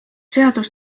seadus